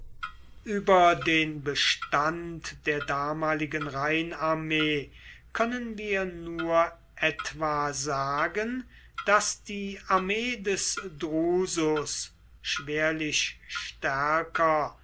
über den bestand der damaligen rheinarmee können wir nur etwa sagen daß die armee des drusus schwerlich stärker